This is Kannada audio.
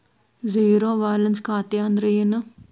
ಝೇರೋ ಬ್ಯಾಲೆನ್ಸ್ ಖಾತೆ ಅಂದ್ರೆ ಏನು?